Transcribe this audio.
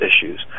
issues